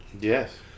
yes